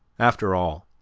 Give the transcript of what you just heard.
after all,